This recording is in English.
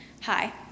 Hi